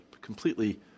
completely